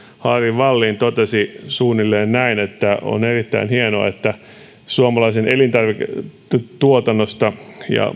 harry wallin totesi suunnilleen näin että on erittäin hienoa että suomalaisesta elintarviketuotannosta ja